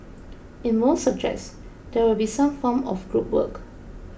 in most subjects there will be some form of group work